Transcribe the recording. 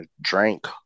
drank